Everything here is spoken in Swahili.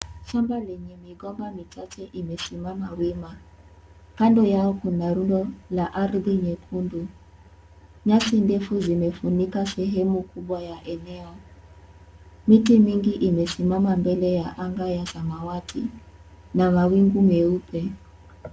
Shamba lenye migomba michache, imesimama wima. Kando yao, kuna rundo la ardhi nyekundu. Nyasi ndefu zimefunika sehemu kubwa la eneo. Miti mingi imesimama mbele ya anga ya samawati na mawingu meupe.